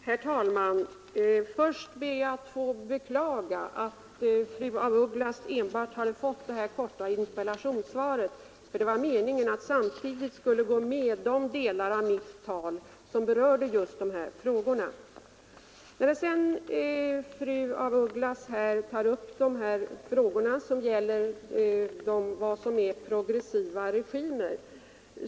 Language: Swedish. Herr talman! Först ber jag att få beklaga att fru af Ugglas har fått enbart det korta interpellationssvaret; det var meningen att fru af Ugglas samtidigt skulle ha fått de delar av mitt tal som behandlade just principerna för vår biståndspolitik. Fru af Ugglas berörde frågan om vad som är progressiva regimer.